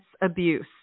abuse